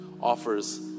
offers